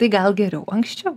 tai gal geriau anksčiau